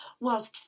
whilst